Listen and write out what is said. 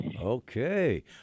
Okay